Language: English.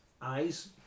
eyes